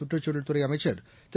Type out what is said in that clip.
சுற்றுச்சூழல்துறை அமைச்சா் திரு